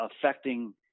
affecting